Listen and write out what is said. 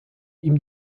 ihm